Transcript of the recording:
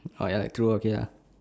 oh ya true okay lah